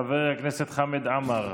חבר הכנסת חמד עמאר.